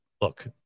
Look